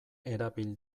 erabil